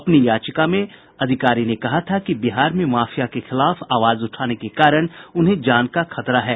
अपनी याचिका में अधिकारी ने कहा था कि बिहार में माफिया के खिलाफ आवाज उठाने के कारण उन्हें जान का खतरा है